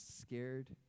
scared